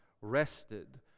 rested